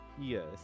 Yes